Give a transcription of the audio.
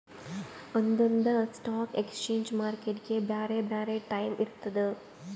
ಒಂದೊಂದ್ stock exchange ಮಾರ್ಕೆಟ್ಗ್ ಬ್ಯಾರೆ ಬ್ಯಾರೆ ಟೈಮ್ ಇರ್ತದ್